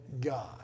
God